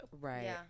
Right